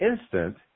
instant